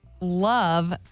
love